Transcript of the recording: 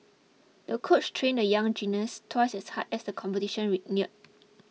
the coach trained the young gymnast twice as hard as the competition ray neared